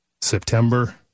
September